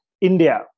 India